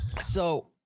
So-